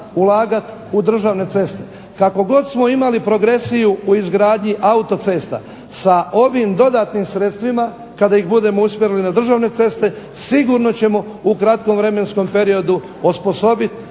ulagati u državne ceste. Kako god smo imali progresiju u izgradnji autocesta, sa ovim dodatnim sredstvima kada ih budemo usmjerili na državne ceste sigurno ćemo u kratkom vremenskom periodu osposobiti